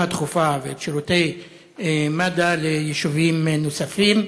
הדחופה ואת שירותי מד"א ליישובים נוספים,